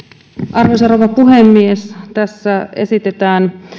arvoisa rouva puhemies tässä esitetään